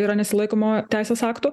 yra nesilaikoma teisės aktų